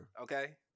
Okay